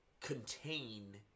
contain